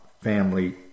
family